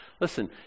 Listen